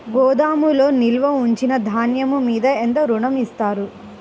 గోదాములో నిల్వ ఉంచిన ధాన్యము మీద ఎంత ఋణం ఇస్తారు?